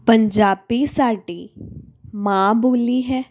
ਪੰਜਾਬੀ ਸਾਡੀ ਮਾਂ ਬੋਲੀ ਹੈ